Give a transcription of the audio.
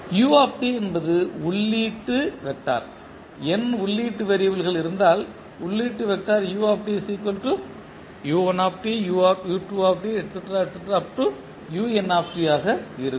u என்பது உள்ளீட்டு திசையன் n உள்ளீட்டு வேறியபிள் கள் இருந்தால் உள்ளீட்டு திசையன் ஆக இருக்கும்